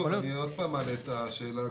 אני עוד פעם מעלה את השאלה,